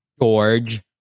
George